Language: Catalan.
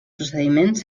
procediments